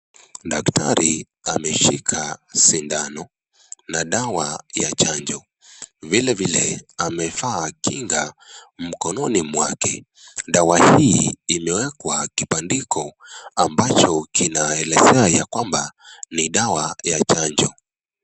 Daktari ameshika sindano na dawa ya chanjo. Vilevile amevaa kinga mkononi mwake . Dawa hii imewekwa kibandiko ambacho kinaelezea ya kwamba ni dawa ya chanjo.